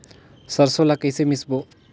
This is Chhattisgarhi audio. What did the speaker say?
सरसो ला कइसे मिसबो?